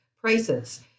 prices